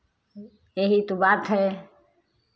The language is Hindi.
यही तो बात है